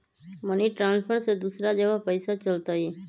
Money transfer से दूसरा जगह पईसा चलतई?